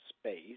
space